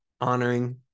honoring